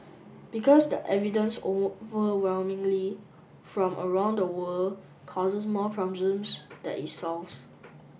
because the evidence overwhelmingly from around the world causes more problems than it solves